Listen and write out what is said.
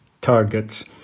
targets